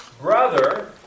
brother